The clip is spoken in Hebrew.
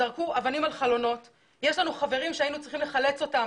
יש לנו חברים שהיינו צריכים לחלץ אותם